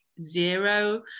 zero